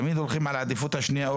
תמיד הולכים על העדיפות השנייה או